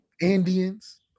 Indians